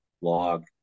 log